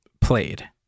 played